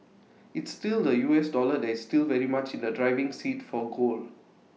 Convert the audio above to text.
it's still the U S dollar that is still very much in the driving seat for gold